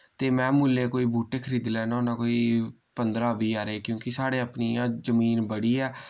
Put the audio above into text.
ते मैं मुल्लें कोई बूह्टे खरीदी लैन्ना होन्ना कोई पंदरां बीह् हारे क्यूंकि साढ़े अपनी इय्यां जमीन बड़ी ऐ